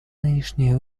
нынешние